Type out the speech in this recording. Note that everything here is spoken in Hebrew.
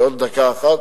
עוד דקה אחת,